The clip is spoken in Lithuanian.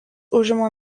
užima